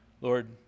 Lord